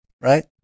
Right